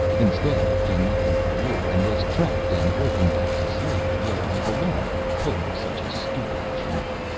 instead i came looking for you and was trapped and broken back to slavery where i belong for pulling such a stupid trick.